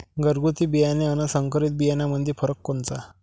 घरगुती बियाणे अन संकरीत बियाणामंदी फरक कोनचा?